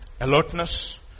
alertness